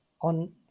on